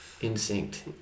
instinct